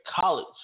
college